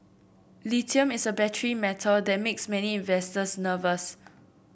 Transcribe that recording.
lithium is a battery metal that makes many investors nervous